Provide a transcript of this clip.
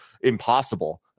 impossible